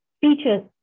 features